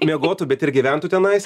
miegotų bet ir gyventų tenais